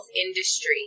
industry